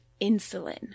insulin